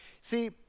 See